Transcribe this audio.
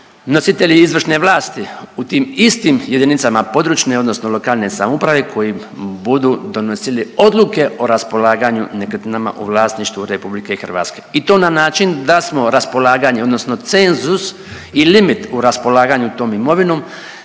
nositelji izvršne vlasti u tim istim jedinicama područne odnosno lokalne samouprave koji budu donosili odluke o raspolaganju nekretninama u vlasništvu RH i to na način da smo raspolaganje odnosno cenzus i limit u raspolaganju tom imovinom